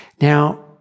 Now